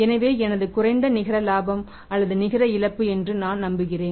எனவே எனது குறைந்த நிகர லாபம் அல்லது நிகர இழப்பு என்று நான் நம்புகிறேன்